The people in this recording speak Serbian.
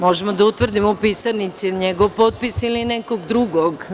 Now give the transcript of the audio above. Možemo da utvrdimo u pisarnici da li je njegov potpis ili nekog drugog.